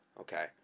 Okay